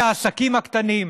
מהעסקים הקטנים,